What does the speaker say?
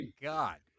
God